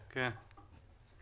ב-30 באפריל.